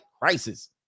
crisis